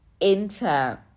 enter